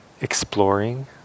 exploring